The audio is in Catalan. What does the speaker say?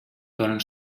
donen